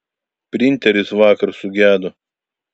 printeris vakar sugedo